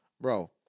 Bro